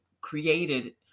created